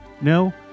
No